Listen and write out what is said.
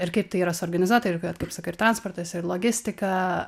ir kaip tai yra suorganizuota ir kad kaip sakai ir transportas ir logistika